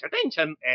attention